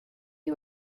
you